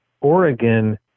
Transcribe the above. Oregon